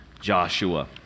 Joshua